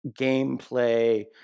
gameplay